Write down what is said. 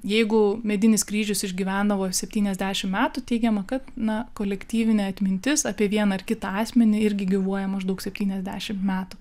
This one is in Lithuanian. jeigu medinis kryžius išgyvendavo septyniasdešimt metų teigiama kad na kolektyvinė atmintis apie vieną ar kitą asmenį irgi gyvuoja maždaug septyniasdešimt metų